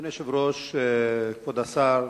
אדוני היושב-ראש, כבוד השר,